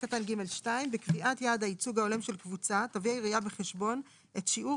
(ג2) בקביעת יעד הייצוג ההולם של קבוצה תביא העירייה בחשבון את שיעור